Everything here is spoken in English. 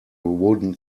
wooden